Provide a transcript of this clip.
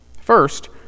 First